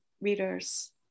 readers